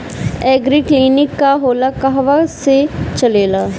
एगरी clinic का होला कहवा से चलेँला?